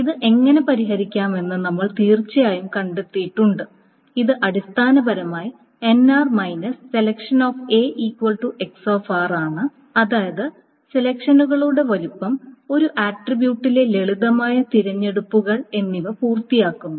ഇത് എങ്ങനെ പരിഹരിക്കാമെന്ന് നമ്മൾ തീർച്ചയായും കണ്ടെത്തിയിട്ടുണ്ട് ഇത് അടിസ്ഥാനപരമായി ആണ് അതായത് സെലക്ഷനുകളുടെ വലുപ്പം ഒരു ആട്രിബ്യൂട്ടിലെ ലളിതമായ തിരഞ്ഞെടുപ്പുകൾ എന്നിവ പൂർത്തിയാക്കുന്നു